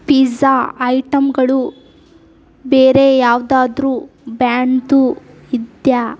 pizza ಐಟಮ್ಗಳು ಬೇರೆ ಯಾವುದಾದ್ರು ಬ್ಯಾಂಡ್ದು ಇದ್ಯಾ